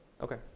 Okay